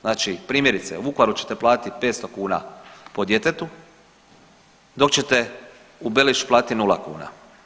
Znači primjerice u Vukovaru ćete platiti 500 kuna po djetetu, dok ćete u Belišću platiti 0 kuna.